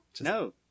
No